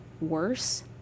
worse